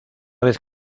vez